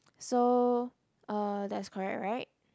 so uh that's correct right